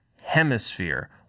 Hemisphere